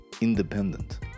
independent